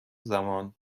زمان